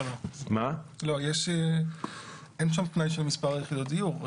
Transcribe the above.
לא, אין שם תנאי של מספר יחידות דיור.